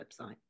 website